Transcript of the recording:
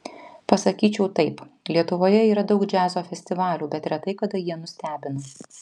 pasakyčiau taip lietuvoje yra daug džiazo festivalių bet retai kada jie nustebina